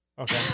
Okay